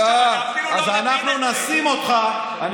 אתה אפילו לא מבין את זה.